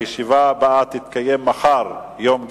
הישיבה הבאה תתקיים מחר, יום שלישי,